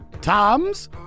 toms